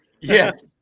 Yes